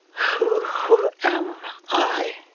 who who am i?